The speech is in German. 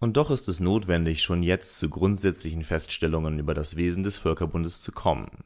und doch ist es notwendig schon jetzt zu grundsätzlichen feststellungen über das wesen des völkerbundes zu kommen